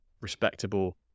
respectable